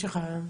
יש לך,